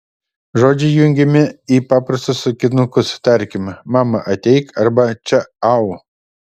žodžiai jungiami į paprastus sakinukus tarkim mama ateik arba čia au